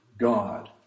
God